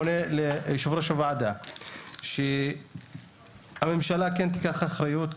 פונה ליושב-ראש הוועדה שהממשלה כן תיקח אחריות,